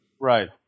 Right